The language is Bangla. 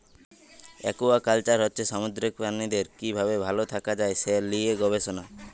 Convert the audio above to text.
একুয়াকালচার হচ্ছে সামুদ্রিক প্রাণীদের কি ভাবে ভাল থাকা যায় সে লিয়ে গবেষণা